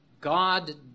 God